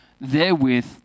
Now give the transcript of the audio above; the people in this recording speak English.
therewith